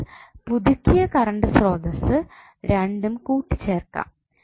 അതിനാൽ പുതുക്കിയ കറണ്ട് സ്രോതസ്സ് രണ്ടും കൂട്ടി ചേർക്കാം